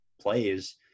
plays